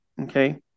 Okay